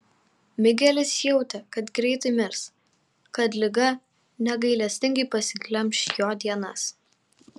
migelis jautė kad greitai mirs kad liga negailestingai pasiglemš jo dienas